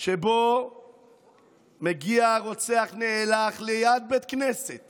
שבו מגיע רוצח נאלח ליד בית כנסת